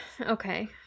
Okay